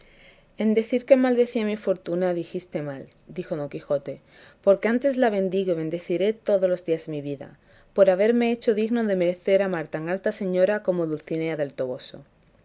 en decir que maldecía mi fortuna dijiste mal dijo don quijote porque antes la bendigo y bendeciré todos los días de mi vida por haberme hecho digno de merecer amar tan alta señora como dulcinea del toboso